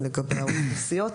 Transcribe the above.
לבריאותו או לשלומו.